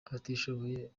abatishoboye